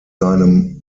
seinem